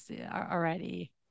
already